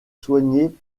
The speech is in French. soignée